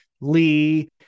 Lee